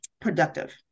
Productive